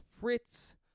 Fritz